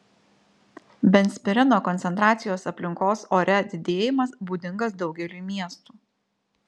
benzpireno koncentracijos aplinkos ore didėjimas būdingas daugeliui miestų